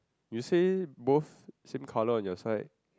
you say both same colour on your side